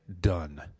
done